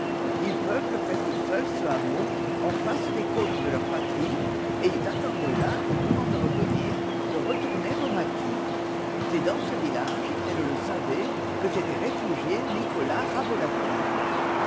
ils peuplent presque seuls ce hameau en face des côtes de leur patrie et ils attendent là le moment de revenir de retourner au maquis c'est dans ce village elle le savait que s'était réfugié nicolas ravolati